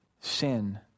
sin